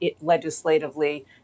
legislatively